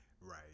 Right